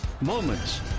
moments